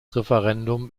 referendum